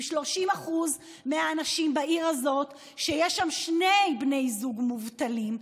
עם 30% מהאנשים בעיר הזאת שיש שם שני בני זוג מובטלים.